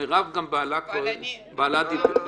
ניסן,